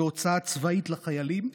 בהוצאה צבאית לחיילים.